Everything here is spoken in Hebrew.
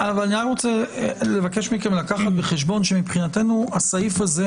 אני רק רוצה לבקש מכם לקחת בחשבון שמבחינתנו הסעיף הזה,